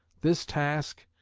this task,